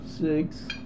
six